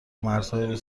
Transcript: مرزهای